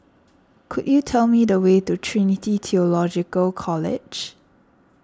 could you tell me the way to Trinity theological College